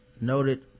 noted